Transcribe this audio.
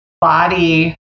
body